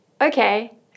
okay